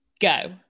go